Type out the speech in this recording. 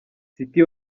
city